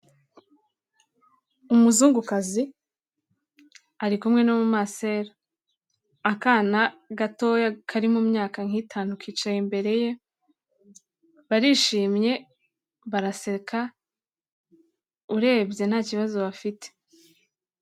Umuzungukazi ari kumwe n'umumasera, akana gatoya kari mu myaka nk'itanu kicaye imbere ye, barishimye, baraseka, urebye ntakibazo bafite.